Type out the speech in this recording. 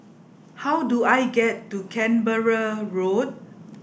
how do I get to Canberra Road